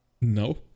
No